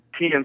TMC